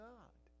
God